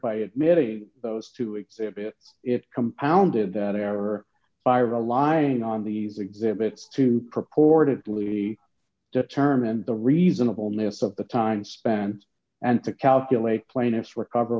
by admitting those two exhibit it compounded that error fire lying on these exhibits to purportedly determine the reasonableness of the time spent and to calculate plaintiff's recover